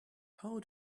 how